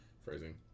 Phrasing